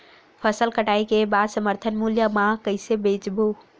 फसल कटाई के बाद समर्थन मूल्य मा कइसे बेचबो?